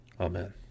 amen